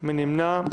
מי נמנע?